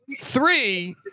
three